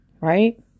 Right